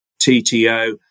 TTO